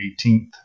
18th